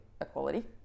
equality